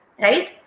Right